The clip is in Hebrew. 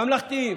ממלכתיים.